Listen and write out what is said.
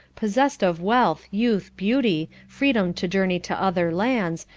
possessed of wealth, youth, beauty, freedom to journey to other lands,